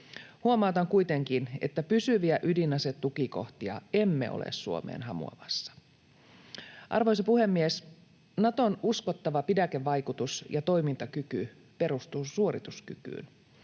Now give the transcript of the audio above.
Huomautan kuitenkin, että pysyviä ydinasetukikohtia emme ole Suomeen hamuamassa. Arvoisa puhemies! Naton uskottava pidäkevaikutus ja toimintakyky perustuvat suorituskykyyn.